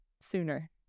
sooner